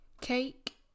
cake